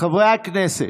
חברי הכנסת,